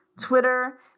Twitter